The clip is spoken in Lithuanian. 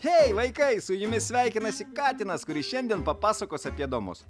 hei vaikai su jumis sveikinasi katinas kuris šiandien papasakos apie domus